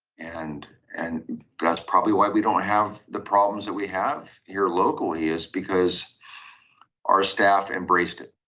and and that's probably why we don't have the problems that we have here locally is because our staff embraced it.